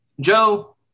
Joe